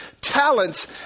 talents